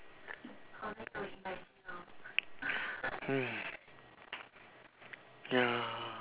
mm ya